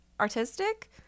artistic